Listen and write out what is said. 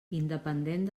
independent